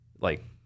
like-